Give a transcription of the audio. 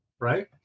Right